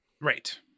right